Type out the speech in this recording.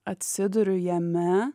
atsiduriu jame